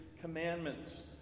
commandments